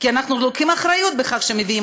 כי אנחנו לוקחים אחריות בכך שמביאים